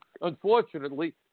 unfortunately